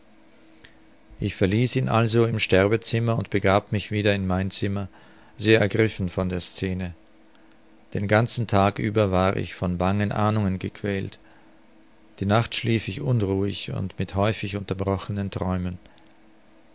ich verließ ihn also im sterbezimmer und begab mich wieder in mein zimmer sehr ergriffen von der scene den ganzen tag über war ich von bangen ahnungen gequält die nacht schlief ich unruhig mit häufig unterbrochenen träumen